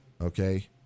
Okay